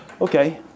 Okay